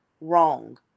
wrong